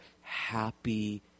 happy